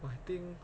oh I think